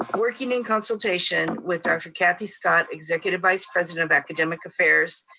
um working in consultation with dr. kathy scott, executive vice president of academic affairs,